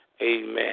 Amen